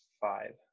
five